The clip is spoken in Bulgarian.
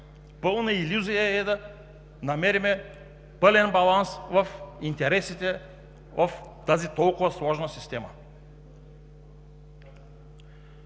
водата. Илюзия е да намерим пълен баланс в интересите в тази толкова сложна система.